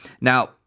now